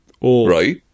right